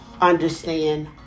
understand